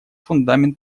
фундамент